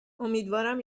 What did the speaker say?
امیدوارم